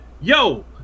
yo